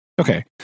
Okay